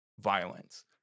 violence